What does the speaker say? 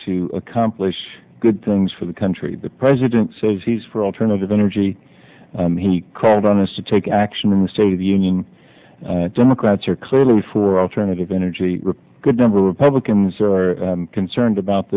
to accomplish good things for the country the president says he's for alternative energy he called on us to take action in the state of the union democrats are clearly for alternative energy good number republicans are concerned about